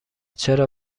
چرا